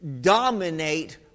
dominate